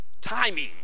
timing